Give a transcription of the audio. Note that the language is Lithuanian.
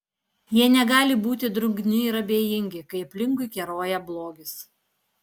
jie negali būti drungni ir abejingi kai aplinkui keroja blogis